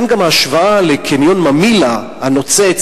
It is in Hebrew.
לכן גם ההשוואה לקניון ממילא הנוצץ,